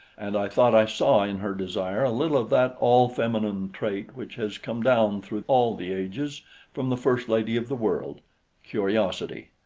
and i thought i saw in her desire a little of that all-feminine trait which has come down through all the ages from the first lady of the world curiosity.